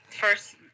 first